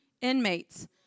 inmates